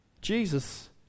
Jesus